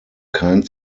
kein